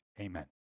Amen